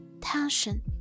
tension